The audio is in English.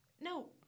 No